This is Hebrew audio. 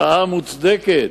מחאה מוצדקת,